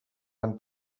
van